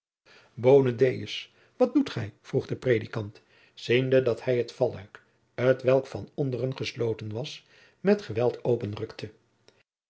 wat doet gij vroeg de predikant ziende dat hij het valluik t welk van onderen gesloten was met geweld openrukte